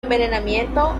envenenamiento